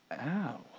ow